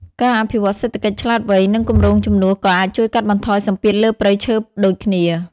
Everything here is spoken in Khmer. ការអភិវឌ្ឍសេដ្ឋកិច្ចឆ្លាតវៃ និងគម្រោងជំនួសក៏អាចជួយកាត់បន្ថយសម្ពាធលើព្រៃឈើដូចគ្នា។